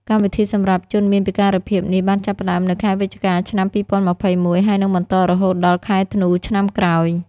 កម្មវិធីសម្រាប់ជនមានពិការភាពនេះបានចាប់ផ្តើមនៅខែវិច្ឆិកា ឆ្នាំ ២០២១ ហើយនឹងបន្តរហូតដល់ខែធ្នូឆ្នាំក្រោយ។